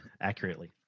accurately